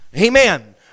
Amen